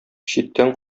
читтән